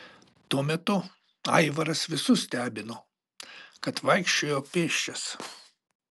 tuo metu aivaras visus stebino kad vaikščiojo pėsčias